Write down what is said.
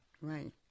right